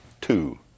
two